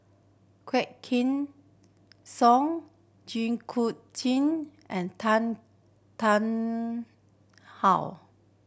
Quah Kim Song Jit Koon Ch'ng and Tan Tarn How